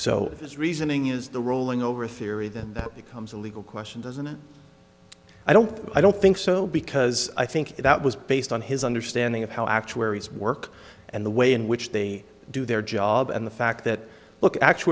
if his reasoning is the rolling over theory then that becomes a legal question doesn't it i don't i don't think so because i think that was based on his understanding of how actuaries work and the way in which they do their job and the fact that look